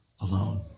alone